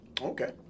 okay